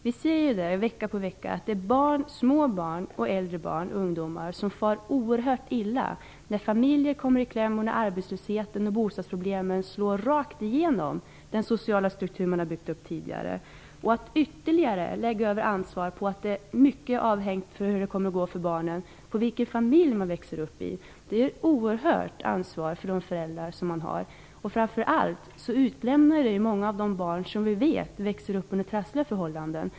Vi ser vecka efter vecka att små barn, äldre barn och ungdomar far oerhört illa när familjer kommer i kläm och när arbetslösheten och bostadsproblemen slår rakt igenom den sociala struktur familjen har byggt upp tidigare. Det innebär ett oerhört ansvar för föräldrar när man lägger över ansvaret för hur det kommer att gå för barnen på familjen som de växer upp i. Det utlämnar många av de barn som vi vet växer upp under trassliga förhållanden.